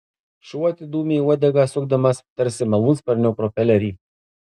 šuo atidūmė uodegą sukdamas tarsi malūnsparnio propelerį